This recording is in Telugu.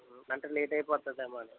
అంటే లేట్ అయిపోతుందేమో అని